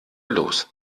los